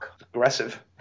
aggressive